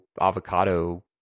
avocado